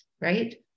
right